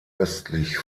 östlich